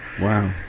Wow